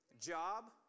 Job